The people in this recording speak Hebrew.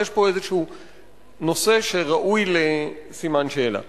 אז יש פה איזה נושא שראוי לסימן שאלה.